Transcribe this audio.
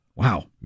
Wow